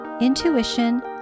intuition